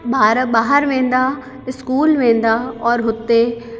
ॿार ॿाहिरि वेंदा स्कूल वेंदा और हुते